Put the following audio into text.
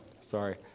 Sorry